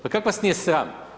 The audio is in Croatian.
Pa kako vas nije sram?